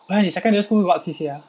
oh ya 你 secondary school what C_C_A ah